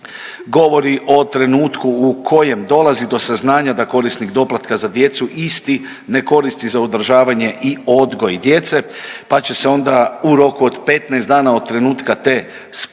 govori o trenutku u kojem dolazi do saznanja da korisnik doplatka za djecu isti ne koristi za održavanje i odgoj djece pa će se onda u roku od 15 dana od trenutka te spoznaje,